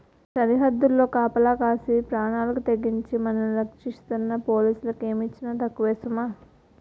సరద్దుల్లో కాపలా కాసి పేనాలకి తెగించి మనల్ని రచ్చిస్తున్న పోలీసులకి ఏమిచ్చినా తక్కువే సుమా